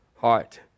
heart